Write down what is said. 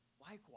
Likewise